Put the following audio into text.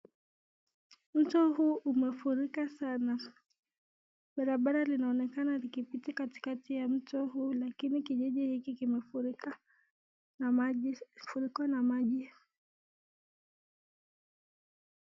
Mto huu umefurika sana. Barabara linaonekana likipita katikati ya mto huu lakini kijiji hiki kimefurika na maji.